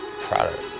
product